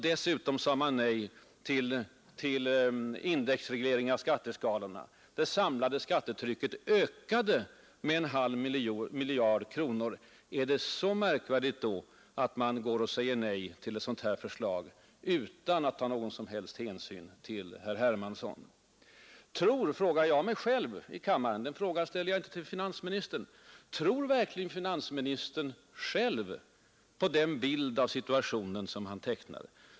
Dessutom sade regeringen nej till indexreglering av skatteskalorna. Det samlade skattetrycket skulle öka med en halv miljard kronor. Är det då så märkvärdigt att man säger nej till ett sådant förslag utan att fördenskull ha tagit någon som helst hänsyn till herr Harmansson? Tror verkligen finansministern, frågade jag mig själv, — jag ställer inte frågan till finansministern — på den bild av situationen som han tecknar?